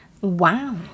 wow